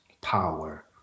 power